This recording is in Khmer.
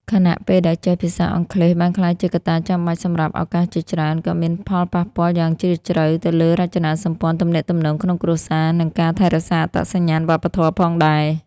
ខណៈពេលដែលចេះភាសាអង់គ្លេសបានក្លាយជាកត្តាចាំបាច់សម្រាប់ឱកាសជាច្រើន ក៏មានផលប៉ះពាល់យ៉ាងជ្រាលជ្រៅទៅលើរចនាសម្ព័ន្ធទំនាក់ទំនងក្នុងគ្រួសារ និងការថែរក្សាអត្តសញ្ញាណវប្បធម៌ផងដែរ។